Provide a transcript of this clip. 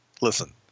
listen